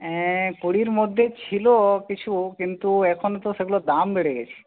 কুড়ির মধ্যে ছিল কিছু কিন্তু এখন তো সেগুলোর দাম বেড়ে গেছে